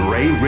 Ray